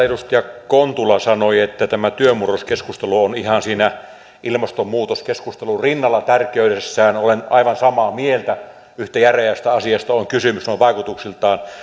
edustaja kontula sanoi että tämä työnmurroskeskustelu on ihan siinä ilmastonmuutoskeskustelun rinnalla tärkeydessään olen aivan samaa mieltä yhtä järeästä asiasta on kysymys vaikutuksiltaan